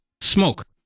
smoke